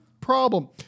problem